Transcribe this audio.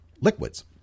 liquids